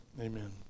Amen